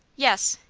yes,